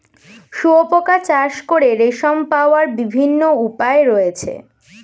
শুঁয়োপোকা চাষ করে রেশম পাওয়ার বিভিন্ন উপায় রয়েছে